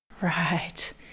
Right